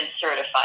certified